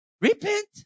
repent